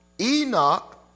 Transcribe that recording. Enoch